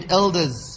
elders. (